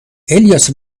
الیاس